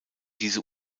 diese